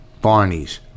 Barney's